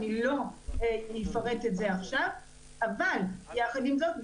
אני לא אפרט את זה עכשיו אבל יחד עם זאת,